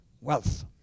wealth